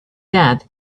dead